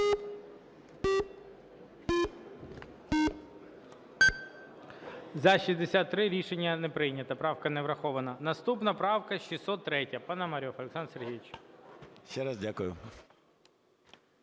За-63 Рішення не прийнято. Правка не врахована. Наступна правка 603, Пономарьов Олександр Сергійович. 13:18:12